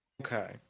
Okay